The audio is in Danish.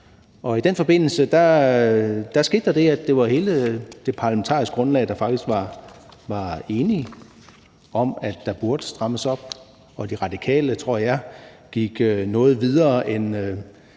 I den forbindelse skete der det, at det var hele det parlamentariske grundlag, der faktisk var enige om, at der burde strammes op, og De Radikale, tror jeg, gik noget videre, end